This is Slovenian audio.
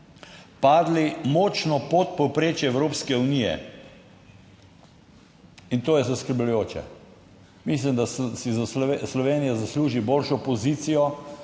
padli močno pod povprečje Evropske unije. In to je zaskrbljujoče. Mislim, da si Slovenija zasluži boljšo pozicijo